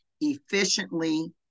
efficiently